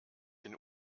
den